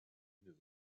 noon